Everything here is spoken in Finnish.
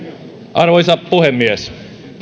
arvoisa puhemies